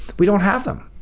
we don't have them.